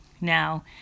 Now